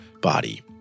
body